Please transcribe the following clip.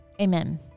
Amen